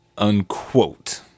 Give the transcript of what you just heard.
unquote